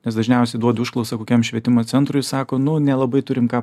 nes dažniausiai duodu užklausą kokiam švietimo centrui sako nu nelabai turim ką